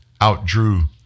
outdrew